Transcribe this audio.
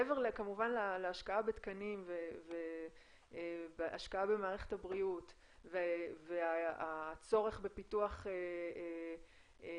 מעבר להשקעה בתקנים והשקעה במערכת הבריאות והצורך בפיתוח נקודות